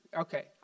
Okay